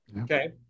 Okay